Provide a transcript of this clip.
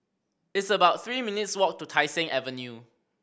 it's about three minutes' walk to Tai Seng Avenue